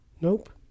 Nope